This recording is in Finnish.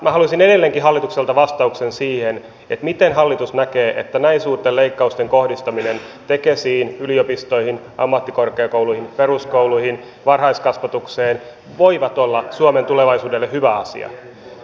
minä haluaisin edelleenkin hallitukselta vastauksen siihen miten hallitus näkee että näin suurten leikkausten kohdistaminen tekesiin yliopistoihin ammattikorkeakouluihin peruskouluihin varhaiskasvatukseen voi olla suomen tulevaisuudelle hyvä asia